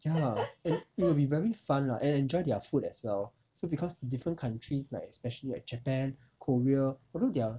ya and it will be very fun lah and enjoy their food as well so because different countries like especially at japan korea although their